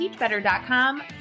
teachbetter.com